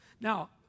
Now